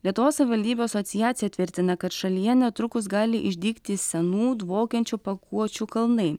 lietuvos savivaldybių asociacija tvirtina kad šalyje netrukus gali išdygti senų dvokiančių pakuočių kalnai